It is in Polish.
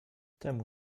temu